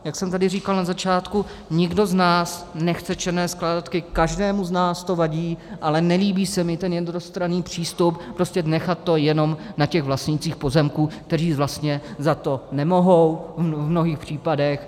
Jak jsem tady říkal na začátku, nikdo z nás nechce černé skládky, každému z nás to vadí, ale nelíbí se mi ten jednostranný přístup prostě nechat to jenom na těch vlastnících pozemků, kteří vlastně za to nemohou v mnohých případech.